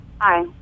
Hi